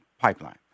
Pipeline